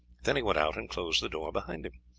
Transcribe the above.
then he went out and closed the door behind him.